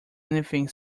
anything